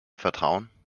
vertrauen